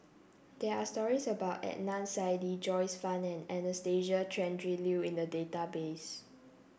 there are stories about Adnan Saidi Joyce Fan and Anastasia Tjendri Liew in the database